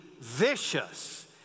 vicious